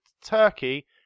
Turkey